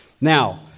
Now